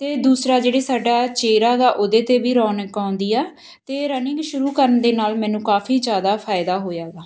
ਅਤੇ ਦੂਸਰਾ ਜਿਹੜੀ ਸਾਡਾ ਚਿਹਰਾ ਗਾ ਉਹਦੇ 'ਤੇ ਵੀ ਰੌਣਕ ਆਉਂਦੀ ਆ ਅਤੇ ਰਨਿੰਗ ਸ਼ੁਰੂ ਕਰਨ ਦੇ ਨਾਲ ਮੈਨੂੰ ਕਾਫੀ ਜ਼ਿਆਦਾ ਫਾਇਦਾ ਹੋਇਆ ਗਾ